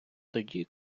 тоді